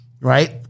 Right